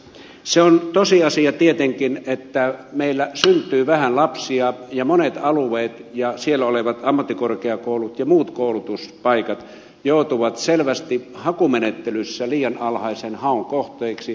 se on tosiasia tietenkin että meillä syntyy vähän lapsia ja monet alueet ja siellä olevat ammattikorkeakoulut ja muut koulutuspaikat joutuvat selvästi hakumenettelyssä liian alhaisen haun kohteeksi